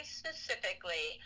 specifically